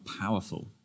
powerful